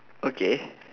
okay